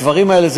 הדברים האלה,